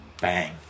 bang